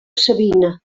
savina